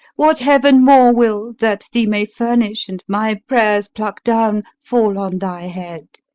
what heaven more will, that thee may furnish, and my prayers pluck down, fall on thy head!